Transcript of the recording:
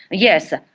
yes,